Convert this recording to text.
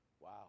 Wow